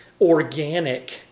organic